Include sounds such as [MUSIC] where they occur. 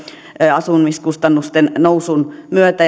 asumiskustannusten nousun myötä [UNINTELLIGIBLE]